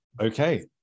Okay